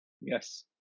Yes